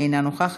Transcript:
אינה נוכחת,